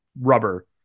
rubber